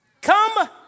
Come